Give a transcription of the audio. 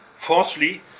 Fourthly